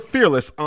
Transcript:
Fearless